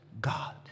god